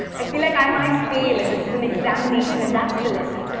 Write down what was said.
i feel like i might fail, and this is an examination, and that's the lesson.